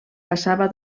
passava